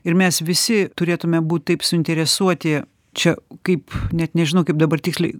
ir mes visi turėtume būt taip suinteresuoti čia kaip net nežinau kaip dabar tiksliai